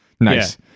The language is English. nice